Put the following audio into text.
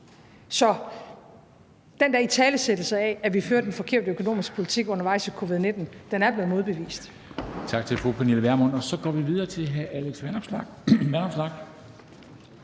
Så den der italesættelse af, at vi førte den forkerte økonomiske politik undervejs under covid-19, er blevet modbevist.